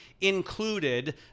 included